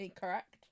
Correct